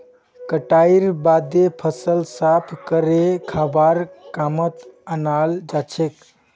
कटाईर बादे फसल साफ करे खाबार कामत अनाल जाछेक